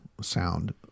sound